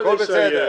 תן לה לסיים,